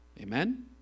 Amen